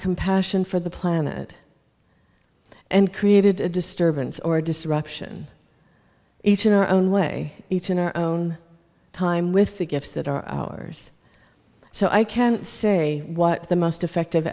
compassion for the planet and created a disturbance or disruption each in our own way each in our own time with the gifts that are ours so i can say what the most effective